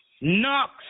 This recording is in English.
knocks